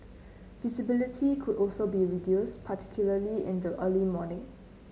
visibility could also be reduced particularly in the early morning